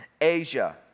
Asia